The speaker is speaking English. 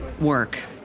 work